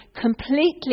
completely